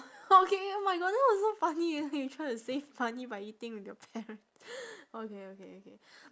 okay oh my god that was so funny you you trying to save money by eating with your parents okay okay okay